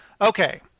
Okay